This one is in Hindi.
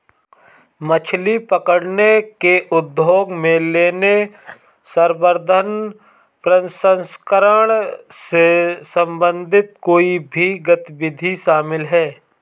मछली पकड़ने के उद्योग में लेने, संवर्धन, प्रसंस्करण से संबंधित कोई भी गतिविधि शामिल है